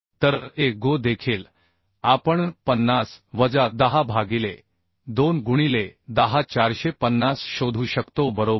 तरAgo देखील आपण 50 वजा 10 भागिले 2 गुणिले 10 450 शोधू शकतो बरोबर